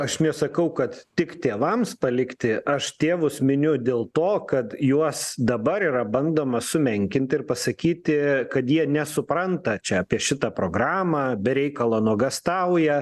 aš nesakau kad tik tėvams palikti aš tėvus miniu dėl to kad juos dabar yra bandoma sumenkinti ir pasakyti kad jie nesupranta čia apie šitą programą be reikalo nuogąstauja